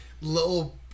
little